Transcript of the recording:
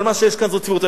אבל מה שיש כאן זו צביעות.